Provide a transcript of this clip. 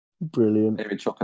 Brilliant